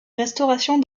restauration